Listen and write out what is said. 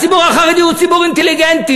הציבור החרדי הוא ציבור אינטליגנטי.